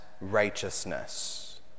righteousness